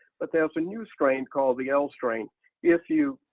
but there's a new strain called the ah l-strain. if you,